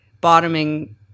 bottoming